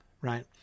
right